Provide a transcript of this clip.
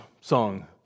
song